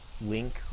link